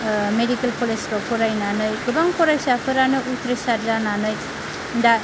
medical college फ्राव फरायनानै गोबां फरायसाफोरानो उथ्रिसार जानानै दा